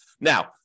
Now